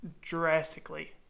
drastically